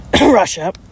Russia